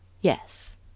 Yes